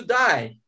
die